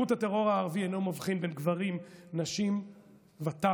הטרור הערבי אינו מבחין בין גברים, נשים וטף,